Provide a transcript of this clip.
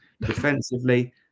Defensively